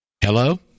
Hello